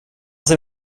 ser